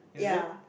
ya